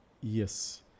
Yes